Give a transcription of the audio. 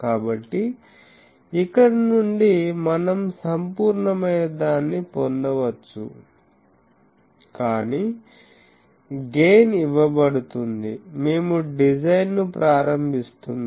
కాబట్టి ఇక్కడ నుండి మనం సంపూర్ణమైనదాన్ని పొందవచ్చు కాని గెయిన్ ఇవ్వబడుతుంది మేము డిజైన్ను ప్రారంభిస్తున్నాము